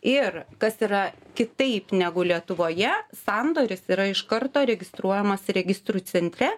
ir kas yra kitaip negu lietuvoje sandoris yra iš karto registruojamas registrų centre